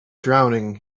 drowning